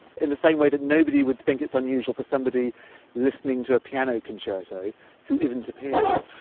in the same way that nobody would think it's unusual for somebody listening to a piano concerto who isn't a pianist.